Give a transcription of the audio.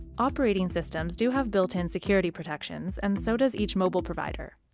operating systems do have built-in security protections and so does each mobile provider.